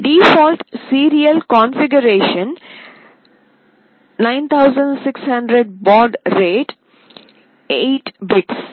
default serial configuration 9600 baud rate 8 bits